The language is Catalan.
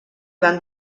van